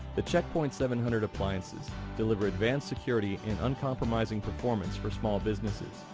the check point seven hundred appliances deliver advanced security and uncompromising performance for small businesses.